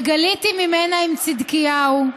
וגליתי ממנה עם צדקיהו,